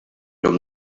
from